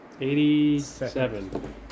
Eighty-seven